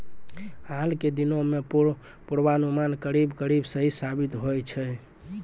हाल के दिनों मॅ पुर्वानुमान करीब करीब सही साबित होय छै